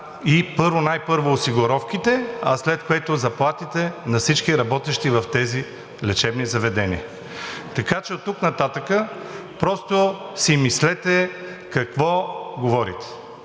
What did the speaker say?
и най-първо, осигуровките, след което заплатите на всички работещи в тези лечебни заведения, така че оттук нататък просто си мислете какво говорите.